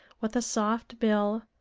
with a soft bill,